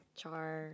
Char